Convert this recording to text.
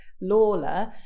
Lawler